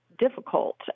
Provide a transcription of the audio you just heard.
difficult